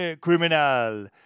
criminal